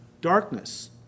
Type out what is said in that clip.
darkness